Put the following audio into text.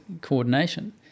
coordination